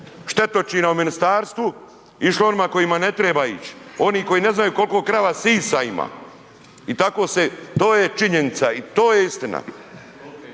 štetočina u ministarstvu, išlo je onima kojima ne treba ići, oni koji ne znaju koliko krava sisa ima i tako se, to je činjenica i to je istina.